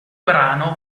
brano